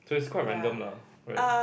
so it's quite random lah right